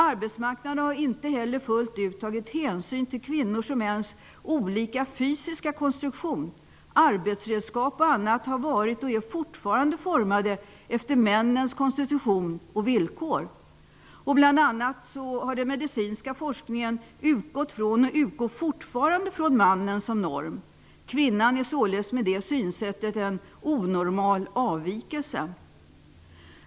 Arbetsmarknaden har inte heller fullt ut tagit hänsyn till att kvinnor och män har olika fysisk konstruktion. Arbetsredskap och annat har varit och är fortfarande utformade efter männens konstitution och villkor. Bl.a. den medicinska forskningen har utgått och utgår fortfarande från mannen som norm. Med det synsättet är kvinnan således en onormal avvikelse.